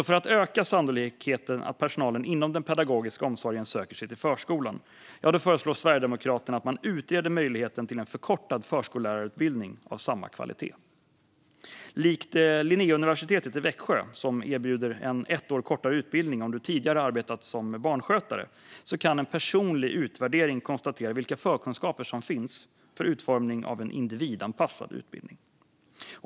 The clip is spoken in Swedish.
För att öka sannolikheten att personalen inom den pedagogiska omsorgen söker sig till förskolan föreslår Sverigedemokraterna att man utreder möjligheten till en förkortad förskollärarutbildning av samma kvalitet. Likt Linnéuniversitetet i Växjö som erbjuder en ett år kortare utbildning för den som tidigare arbetat som barnskötare kan en personlig utvärdering konstatera vilka förkunskaper som finns för utformning av en individanpassad utbildning.